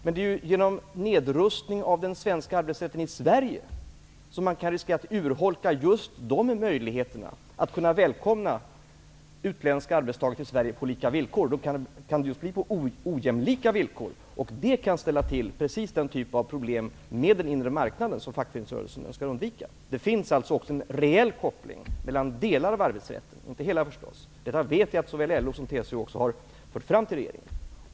Det är ju genom en nedrustning av den svenska arbetsrätten i Sverige som man kan riskera en urholkning just beträffande möjligheten att välkomna utländska arbetstagare hit till Sverige på lika villkor. I stället kan det bli på just ojämlika villkor, och det kan förorsaka precis den typ av problem med den inre marknaden som fackföreningsrörelsen önskar undvika. Det finns alltså även en reell koppling mellan delar av arbetsrätten -- det gäller förstås inte hela arbetsrätten. Vi vet att såväl LO som TCO har fört fram detta till regeringen.